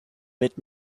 mid